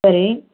சரி